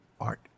art